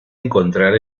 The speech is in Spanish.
encontrar